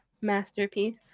Masterpiece